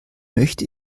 möchte